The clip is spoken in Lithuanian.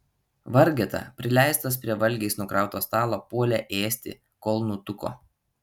vargeta prileistas prie valgiais nukrauto stalo puolė ėsti kol nutuko